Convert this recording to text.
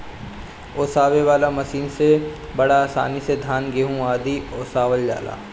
ओसावे वाला मशीन से बड़ा आसानी से धान, गेंहू आदि ओसावल जाला